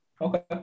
okay